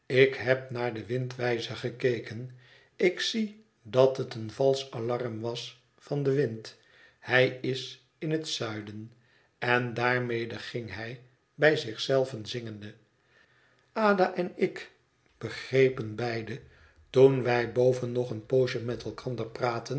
ik heb naar den windwijzer gekeken ik zie dat het een valsch alarm was van den wind hij is in het zuiden en daarmede ging hij bij zich zelven zingende ada en ik begrepen beide toen wij boven nog een poosje met elkander praatten